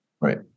Right